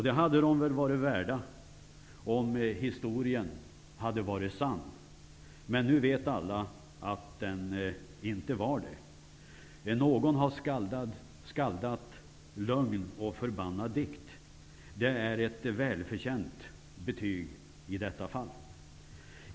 Det hade de väl varit värda, om historien hade varit sann, men nu vet alla att så inte var fallet. Någon har skaldat: Lögn och förbannad dikt. Det är ett välförtjänt betyg i detta fall.